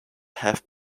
have